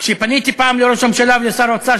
כשפניתי פעם לראש הממשלה ולשר האוצר,